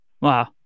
Wow